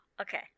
okay